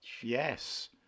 Yes